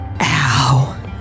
Ow